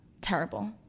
Terrible